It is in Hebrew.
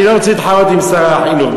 אני לא רוצה להתחרות עם שר החינוך,